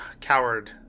Coward